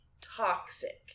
toxic